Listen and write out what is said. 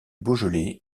beaujolais